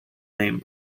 name